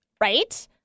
Right